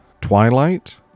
Twilight